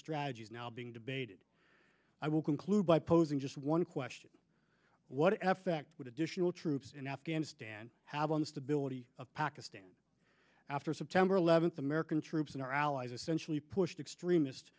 strategies now being debated i will conclude by posing just one question what f x would additional troops in afghanistan have on the stability of pakistan after september eleventh american troops and our allies essentially pushed extremist